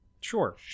sure